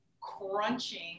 crunching